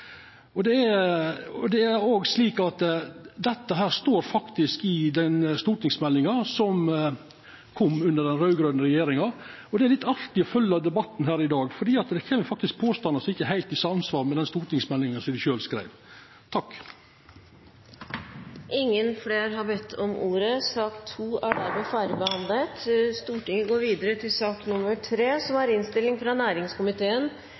Dette står faktisk òg i den stortingsmeldinga som kom under den raud-grøne regjeringa, og det er litt artig å følgja debatten her i dag, for det kjem påstandar frå dei raud-grøne som ikkje er heilt i samsvar med den stortingsmeldinga dei sjølve skreiv. Flere har ikke bedt om ordet til sak nr. 2. Etter ønske fra næringskomiteen vil presidenten foreslå at taletiden blir begrenset til